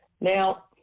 Now